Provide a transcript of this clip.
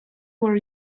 were